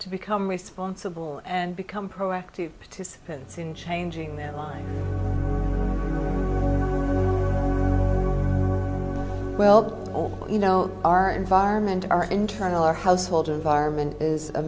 to become responsible and become proactive participants in changing their lives well you know our environment our internal our household environment is a